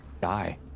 die